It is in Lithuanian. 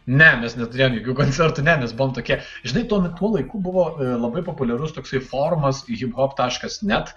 ne mes neturėjom jokių koncertų ne mes buvom tokie žinai tuo me tuo laiku buvo labai populiarus toksai forumas hip hop taškas net